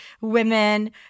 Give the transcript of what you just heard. women